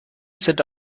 sind